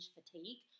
fatigue